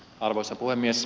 arvoisa puhemies